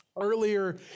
Earlier